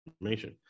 information